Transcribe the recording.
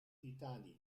titanic